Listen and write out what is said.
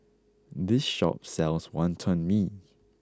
this shop sells Wonton Mee